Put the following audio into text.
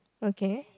okay